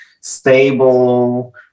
stable